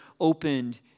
opened